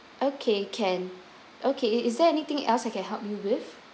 okay can okay is there anything else I can help you with